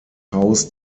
haus